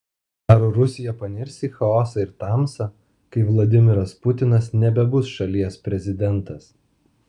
ar rusija panirs į chaosą ir tamsą kai vladimiras putinas nebebus šalies prezidentas